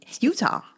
Utah